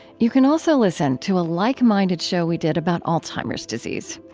you can also listen to a like-minded show we did about alzheimer's disease.